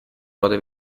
ruote